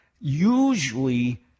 Usually